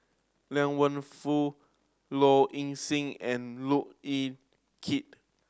Liang Wenfu Low Ing Sing and Look Yan Kit